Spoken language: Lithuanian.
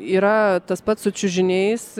yra tas pats su čiužiniais